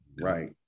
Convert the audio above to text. right